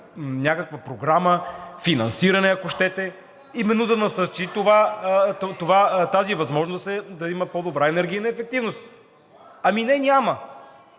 някаква програма, финансиране, ако щете, именно да се насърчи тази възможност да има по-добра енергийна ефективност? Ами не, няма!